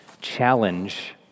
challenge